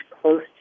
close